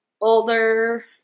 older